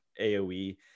aoe